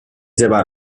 llevar